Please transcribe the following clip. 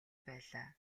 байлаа